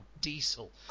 Diesel